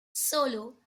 solo